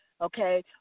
okay